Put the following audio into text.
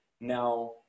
Now